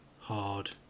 hard